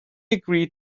agreed